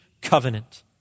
covenant